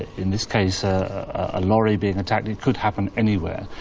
in this case ah a lorry being attacked, it could happen anywhere,